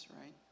right